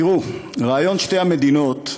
תראו, רעיון שתי המדינות,